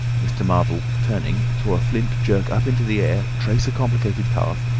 mr. marvel, turning, saw a flint jerk up into the air, trace a complicated path,